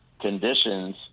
conditions